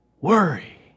worry